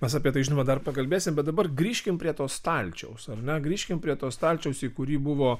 mes apie tai žinoma dar pakalbėsim bet dabar grįžkim prie to stalčiaus ar ne grįžkime prie to stalčiaus į kurį buvo